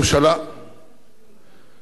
ועל שר התמ"ת במיוחד,